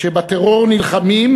שבטרור נלחמים,